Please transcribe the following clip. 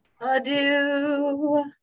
Adieu